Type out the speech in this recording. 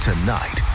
Tonight